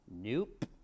Nope